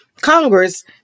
Congress